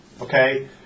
okay